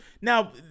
now